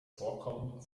vorkommen